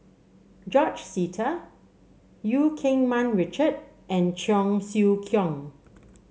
George Sita Eu Keng Mun Richard and Cheong Siew Keong